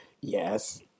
Yes